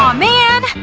um man!